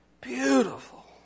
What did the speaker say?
Beautiful